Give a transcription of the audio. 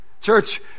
church